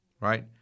right